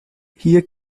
hier